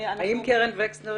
קרן וקסנר